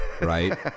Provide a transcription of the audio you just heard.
right